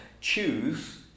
choose